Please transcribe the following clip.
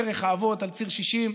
דרך האבות על ציר 60,